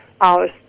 Hours